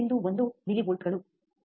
1 ಮಿಲಿವೋಲ್ಟ್ಗಳು 0